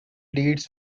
deeds